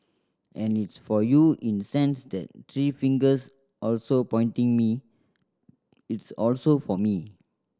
and it's for you in sense that three fingers also pointing me it's also for me